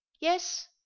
Yes